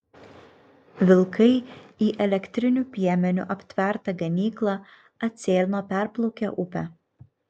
vilkai į elektriniu piemeniu aptvertą ganyklą atsėlino perplaukę upę